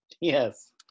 Yes